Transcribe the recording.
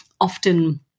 often